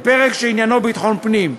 התשע"א 2010, בפרק שעניינו ביטחון הפנים,